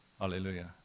Hallelujah